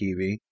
TV